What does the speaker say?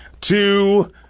two